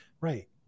right